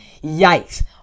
Yikes